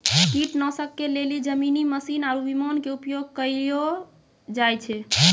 कीटनाशक के लेली जमीनी मशीन आरु विमान के उपयोग कयलो जाय छै